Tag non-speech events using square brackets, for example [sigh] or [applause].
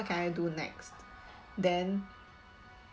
can I do next [noise] then